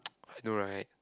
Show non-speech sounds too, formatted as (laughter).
(noise) I know right